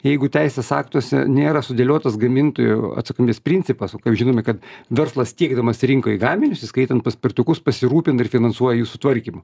jeigu teisės aktuose nėra sudėliotas gamintojų atsakomybės principas o kaip žinome kad verslas tiekdamas rinkoj gaminius įskaitant paspirtukus pasirūpina ir finansuoju jų sutvarkymą